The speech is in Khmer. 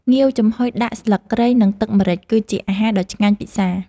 ងាវចំហុយដាក់ស្លឹកគ្រៃ និងទឹកម្រេច គឺជាអាហារដ៏ឆ្ងាញ់ពិសា។